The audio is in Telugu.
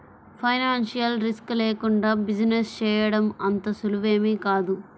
ఫైనాన్షియల్ రిస్క్ లేకుండా బిజినెస్ చేయడం అంత సులువేమీ కాదు